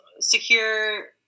secure